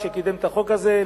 שקידם את החוק הזה,